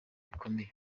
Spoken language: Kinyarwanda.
bikomeye